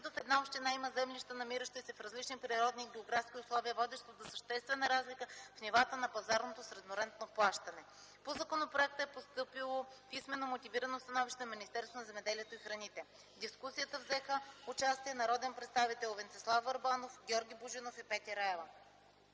една община има землища, намиращи се в различни природни и географски условия, водещо до съществена разлика в нивата на пазарното среднорентно плащане. По законопроекта е постъпило писмено мотивирано становище на Министерството на земеделието и храните. В дискусията взеха участие народните представители Венцислав Върбанов, Георги Божинов и Петя Раева.